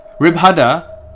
Ribhada